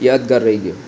યાદગાર રહી ગયો